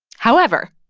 however,